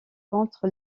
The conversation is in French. contre